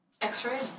X-ray